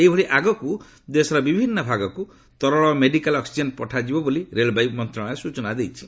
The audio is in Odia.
ଏହିଭଳି ଆଗକୁ ଦେଶର ବିଭିନ୍ନ ଭାଗକୁ ତରଳ ମେଡିକାଲ୍ ଅକ୍ସିଜେନ୍ ପଠାଯିବ ବୋଲି ରେଳବାଇ ମନ୍ତ୍ରଣାଳୟ ସୂଚନା ଦେଇଛି